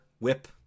whip